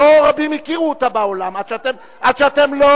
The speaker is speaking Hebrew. לא רבים הכירו אותה בעולם עד שאתם לא,